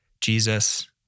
Jesus